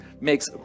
makes